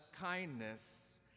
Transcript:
kindness